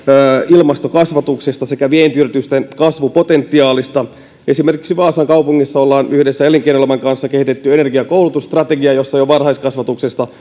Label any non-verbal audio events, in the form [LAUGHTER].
ilmastokasvatuksesta sekä vientiyritysten kasvupotentiaalista esimerkiksi vaasan kaupungissa ollaan yhdessä elinkeinoelämän kanssa kehitetty energiakoulutusstrategia jossa jo varhaiskasvatuksessa [UNINTELLIGIBLE]